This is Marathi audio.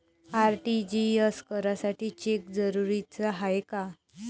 आर.टी.जी.एस करासाठी चेक जरुरीचा हाय काय?